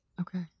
Okay